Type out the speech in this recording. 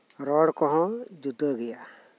ᱨᱚᱲ ᱠᱚᱦᱚᱸ ᱡᱩᱫᱟᱹᱜᱮᱭᱟ